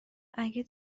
اگه